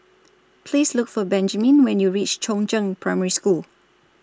Please Look For Benjiman when YOU REACH Chongzheng Primary School